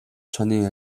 чонын